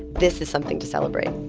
this is something to celebrate